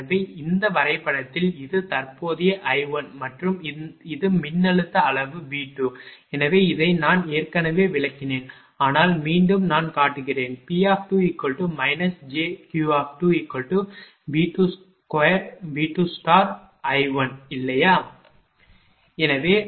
எனவே இந்த வரைபடத்தில் இது தற்போதைய I1 மற்றும் இது மின்னழுத்த அளவு V2 எனவே இதை நான் ஏற்கனவே விளக்கினேன் ஆனால் மீண்டும் நான் காட்டுகிறேன் P jQ2V2I1 இல்லையா